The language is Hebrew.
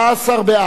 14 בעד,